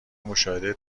مشاهده